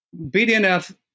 BDNF